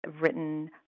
written